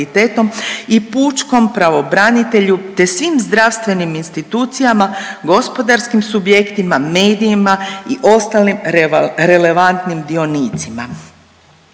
i pučkom pravobranitelju, te svim zdravstvenim institucijama, gospodarskim subjektima, medijima i ostalim relevantnim dionicima,